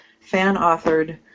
fan-authored